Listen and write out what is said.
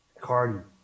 Cardi